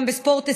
גם בספורט הישגי.